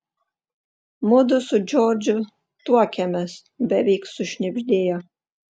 mudu su džordžu tuokiamės beveik sušnibždėjo